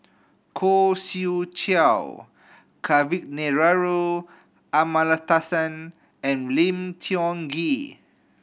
Khoo Swee Chiow Kavignareru Amallathasan and Lim Tiong Ghee